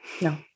No